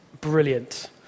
brilliant